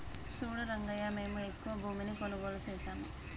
సూడు రంగయ్యా మేము ఎక్కువ భూమిని కొనుగోలు సేసాము